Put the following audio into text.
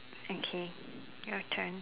okay your turn